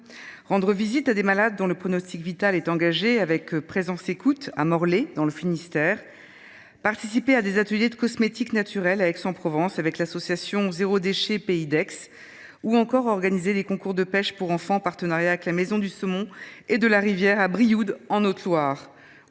rendre visite à des malades dont le pronostic vital est engagé avec Présence écoute, à Morlaix dans le Finistère ; participer à des ateliers de cosmétiques naturels à Aix en Provence avec l’association Zéro Déchet Pays d’Aix ; ou encore organiser des concours de pêche pour enfants en partenariat avec la Maison du saumon et de la rivière à Brioude, en Haute Loire